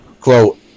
quote